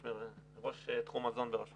ראש תחום מזון ברשות